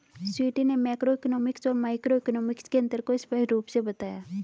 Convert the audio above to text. स्वीटी ने मैक्रोइकॉनॉमिक्स और माइक्रोइकॉनॉमिक्स के अन्तर को स्पष्ट रूप से बताया